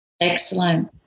Excellent